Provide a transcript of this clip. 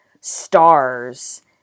stars